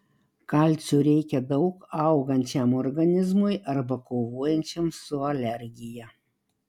kalcio reikia daug augančiam organizmui arba kovojančiam su alergija